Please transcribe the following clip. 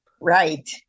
Right